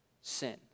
sin